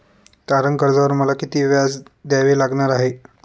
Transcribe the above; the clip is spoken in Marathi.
तारण कर्जावर मला किती व्याज द्यावे लागणार आहे?